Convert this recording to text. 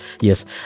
yes